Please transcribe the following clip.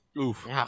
Oof